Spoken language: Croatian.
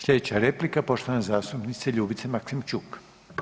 Slijedeća replika poštovane zastupnice Ljubice Maksimčuk.